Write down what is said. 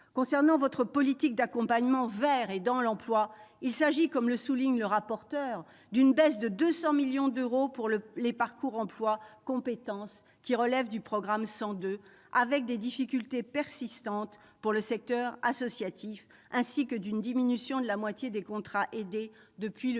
concerne votre politique d'accompagnement vers et dans l'emploi, on observe, comme le souligne le rapporteur spécial, une baisse de 200 millions d'euros pour les parcours emploi compétences, qui relèvent du programme 102, avec des difficultés persistantes pour le secteur associatif, ainsi qu'une diminution de la moitié des contrats aidés depuis le début